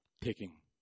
Taking